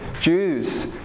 Jews